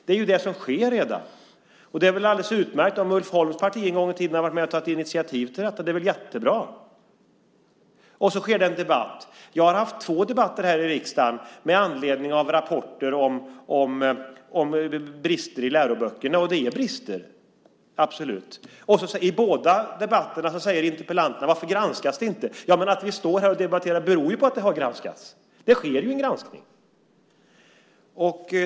Det är vad som redan sker. Det är väl alldeles utmärkt om Ulf Holms parti en gång i tiden har varit med och tagit initiativ till detta. Det är väl jättebra och att det sker en debatt. Jag har haft två debatter här i riksdagen med anledning av rapporter om brister i läroböckerna. Det finns absolut brister. I båda debatterna säger interpellanterna: Varför granskas det inte? Att vi står här och debatterar beror på att det har granskats. Det sker en granskning.